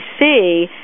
see